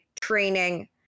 training